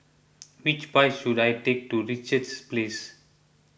which bus should I take to Richards Place